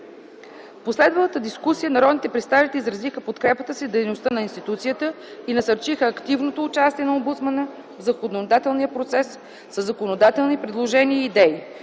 В последвалата дискусия народните представители изразиха подкрепата си за дейността на институцията и насърчиха активното участие на омбудсмана в законодателния процес със законодателни предложения и идеи,